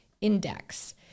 Index